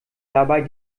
dabei